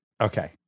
Okay